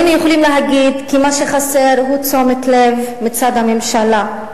היינו יכולים להגיד שמה שחסר הוא תשומת לב מצד הממשלה.